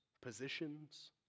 positions